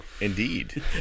Indeed